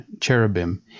cherubim